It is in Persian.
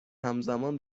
همزمان